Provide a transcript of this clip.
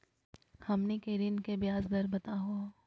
हमनी के ऋण के ब्याज दर बताहु हो?